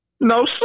No